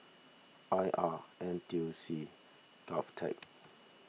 I R N T U C Govtech